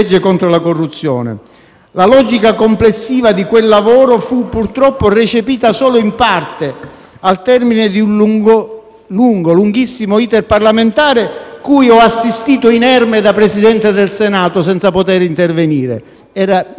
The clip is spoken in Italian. La logica complessiva di quel lavoro fu purtroppo recepita solo in parte, al termine di un lunghissimo *iter* parlamentare, cui ho assistito inerme da Presidente del Senato senza poter intervenire: era il mio disegno di legge.